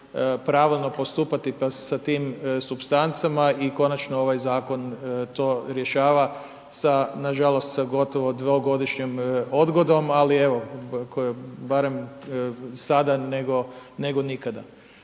pravilno postupati sa tim supstancama i konačno ovaj zakon to rješava sa, nažalost sa gotovo 2 godišnjom odgodom, ali, evo, ako je barem sada nego nikada.